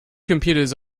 computers